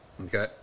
Okay